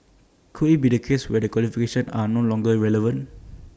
could IT be A case where their qualifications are no longer relevant